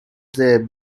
there